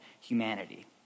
humanity